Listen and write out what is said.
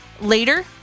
later